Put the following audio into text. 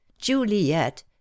Juliet